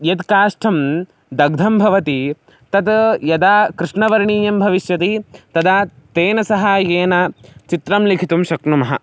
यद् काष्ठं दग्धं भवति तत् यदा कृष्णवर्णीयं भविष्यति तदा तेन सहायेन चित्रं लिखितुं शक्नुमः